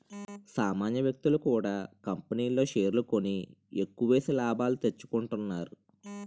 సామాన్య వ్యక్తులు కూడా కంపెనీల్లో షేర్లు కొని ఎక్కువేసి లాభాలు తెచ్చుకుంటున్నారు